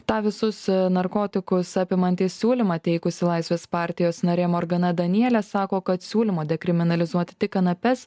tą visus narkotikus apimantį siūlymą teikusi laisvės partijos narė morgana danielė sako kad siūlymo dekriminalizuoti tik kanapes